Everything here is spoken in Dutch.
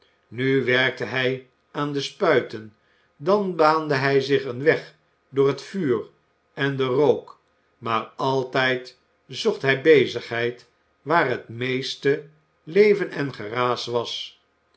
nu werkte hij aan de spuiten dan baande hij zich een weg door het vuur en den rook maar altijd zocht hij bezigheid waar het meeste leven en geraas was